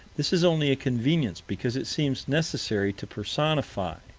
this is only a convenience, because it seems necessary to personify.